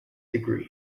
degree